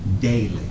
daily